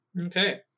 Okay